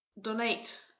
donate